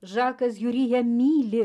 žakas hiuri ją myli